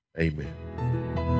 Amen